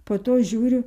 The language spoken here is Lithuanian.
po to žiūriu